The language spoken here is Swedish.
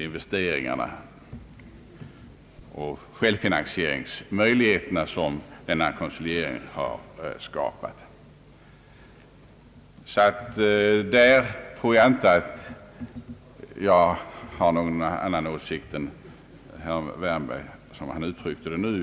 investeringar och självfinansieringsmöjligheter som denna konsolidering har skapat. I det hänseendet hyser jag samma åsikt som herr Wärnberg, åtminstone så som han uttryckte den nu.